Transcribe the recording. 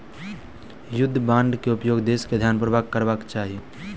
युद्ध बांड के उपयोग देस के ध्यानपूर्वक करबाक चाही